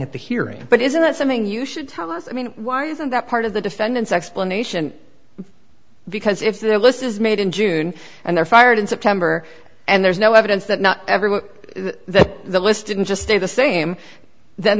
at the hearing but isn't that something you should tell us i mean why isn't that part of the defendant's explanation because if their list is made in june and they're fired in september and there's no evidence that not everyone that the list didn't just stay the same then